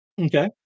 Okay